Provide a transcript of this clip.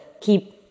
keep